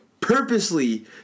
purposely